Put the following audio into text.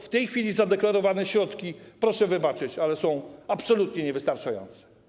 W tej chwili zadeklarowane środki, proszę wybaczyć, ale są absolutnie niewystarczające.